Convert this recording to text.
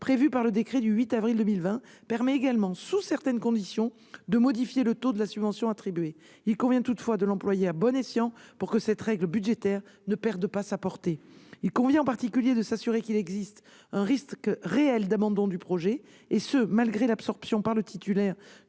prévu par le décret du 8 avril 2020, permet également, sous certaines conditions, de modifier le taux de la subvention attribuée. Il convient toutefois de l'employer à bon escient pour que cette règle budgétaire ne perde pas sa portée. Il convient en particulier de s'assurer qu'il existe un risque réel d'abandon du projet, et ce malgré l'absorption par le titulaire